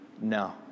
no